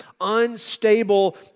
unstable